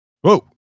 Whoa